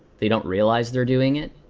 they don't realize they're doing it.